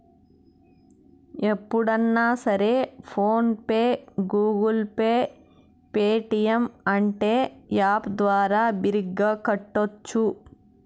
ఎప్పుడన్నా సరే PhonePe Google Pay Paytm అంటే యాప్ ద్వారా బిరిగ్గా కట్టోచ్చు